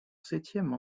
septième